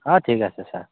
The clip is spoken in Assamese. অঁ ঠিক আছে ছাৰ